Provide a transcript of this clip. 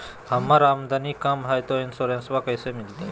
हमर आमदनी कम हय, तो इंसोरेंसबा कैसे मिलते?